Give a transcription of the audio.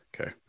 Okay